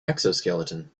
exoskeleton